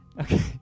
okay